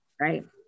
Right